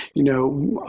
you know,